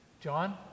John